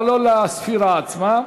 אבל לא לספירה עצמה.